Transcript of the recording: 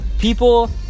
people